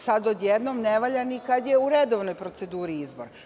Sada odjednom ne valja ni kada je u redovnoj proceduri izbor.